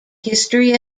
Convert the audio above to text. history